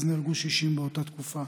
אז נהרגו 60 באותה תקופה.